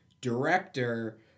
Director